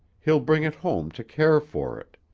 he'll bring it home to care for it.